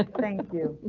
ah thank you.